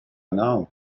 now